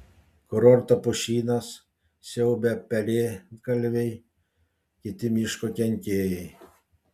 kurorto pušynus siaubia pelėdgalviai kiti miško kenkėjai